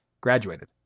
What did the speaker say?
graduated